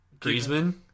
Griezmann